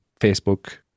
Facebook